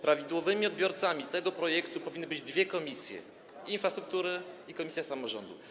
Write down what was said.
Prawidłowymi odbiorcami tego projektu powinny być dwie komisje: Komisja Infrastruktury i komisja samorządu.